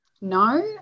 No